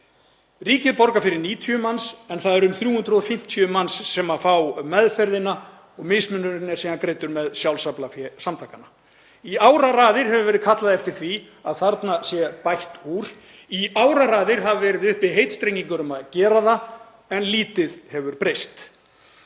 Ríkið borgar fyrir 90 manns en það eru um 350 manns sem fá meðferðina og mismunurinn er síðan greiddur með sjálfsaflafé samtakanna. Í áraraðir hefur verið kallað eftir því að þarna sé bætt úr. Í áraraðir hafa verið uppi heitstrengingar um að gera það en lítið hefur breyst.